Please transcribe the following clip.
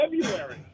February